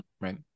right